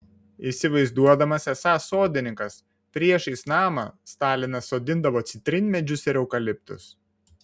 įsivaizduodamas esąs sodininkas priešais namą stalinas sodindavo citrinmedžius ir eukaliptus